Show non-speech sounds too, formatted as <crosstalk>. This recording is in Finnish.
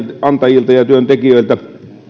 <unintelligible> työnantajilta ja työntekijöiltä